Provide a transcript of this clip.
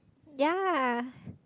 yea